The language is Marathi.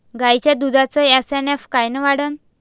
गायीच्या दुधाचा एस.एन.एफ कायनं वाढन?